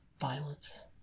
violence